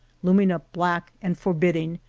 looming up black and for bidding,